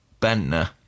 Bentner